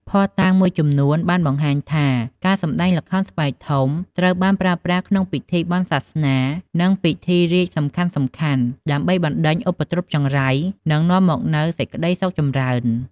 ភស្តុតាងមួយចំនួនបានបង្ហាញថា ការសម្តែងល្ខោនស្បែកធំត្រូវបានប្រើប្រាស់ក្នុងពិធីបុណ្យសាសនា និងពិធីរាជ្យសំខាន់ៗ ដើម្បីបណ្តេញឧបទ្រពចង្រៃ និងនាំមកនូវសេចក្តីសុខចម្រើន។